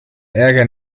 ärger